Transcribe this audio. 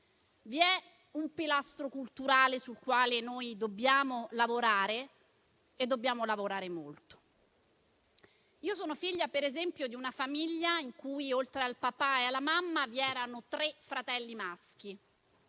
Vi è un pilastro culturale sul quale dobbiamo lavorare e dobbiamo lavorare molto. Io sono figlia, ad esempio, di una famiglia in cui, oltre al papà e alla mamma, vi erano tre fratelli maschi.